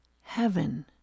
heaven